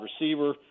receiver